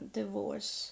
divorce